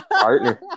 partner